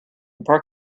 this